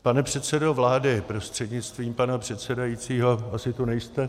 Pane předsedo vlády prostřednictvím pana předsedajícího asi tu nejste.